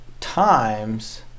times